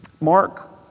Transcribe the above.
Mark